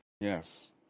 Yes